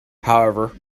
however